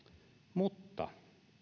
mutta